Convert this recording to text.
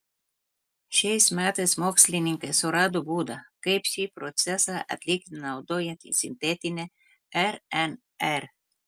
šiais metais mokslininkai surado būdą kaip šį procesą atlikti naudojant sintetinę rnr